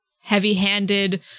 heavy-handed